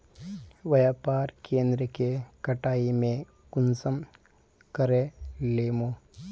व्यापार केन्द्र के कटाई में कुंसम करे लेमु?